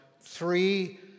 three